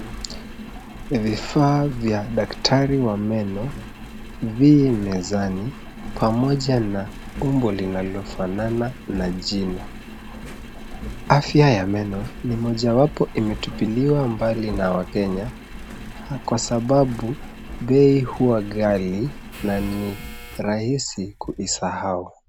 Vifaa vya daktari wa meno vi mezani pamoja na umbo linalofanana na jino. Afya ya meno ni mojawapo imetupiliwa mbali na wakenya kwasababu bei huwa ghali na ni rahisi kuisahau.